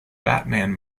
batman